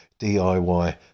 DIY